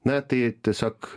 na tai tiesiog